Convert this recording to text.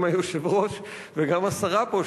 גם היושב-ראש וגם השרה פה,